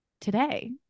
today